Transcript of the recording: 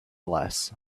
less